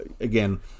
again